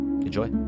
Enjoy